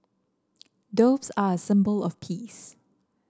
doves are a symbol of peace